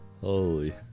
Holy